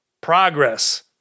progress